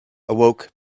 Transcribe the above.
awoke